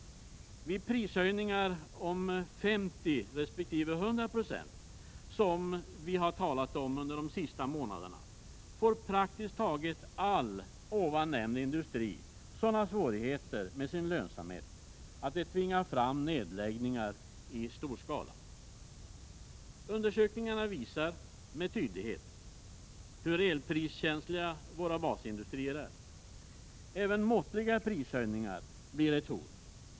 Vid prishöjningar om 50 respektive 100 26, som det har talats om under de senaste månaderna, får praktiskt taget all denna industri sådana svårigheter med sin lönsamhet att de tvingar fram nedläggningar i stor skala. Undersökningarna visar med stor tydlighet hur el-priskänsliga våra basindustrier är. Även måttliga prishöjningar blir ett hot.